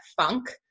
funk